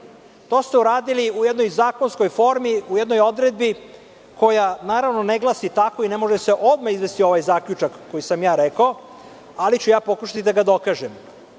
To ste uradili u jednoj zakonskoj formi, u jednoj odredbi, koja naravno ne glasi tako i ne može se odmah izvesti ovaj zaključak koji sam ja rekao, ali ću pokušati da ga dokažem. Naime,